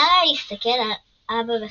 נריה הסתכל על אבא בחשדנות.